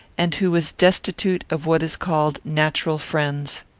and who was destitute of what is called natural friends.